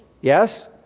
Yes